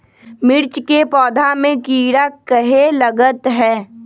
मिर्च के पौधा में किरा कहे लगतहै?